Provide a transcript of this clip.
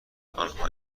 آنها